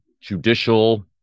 judicial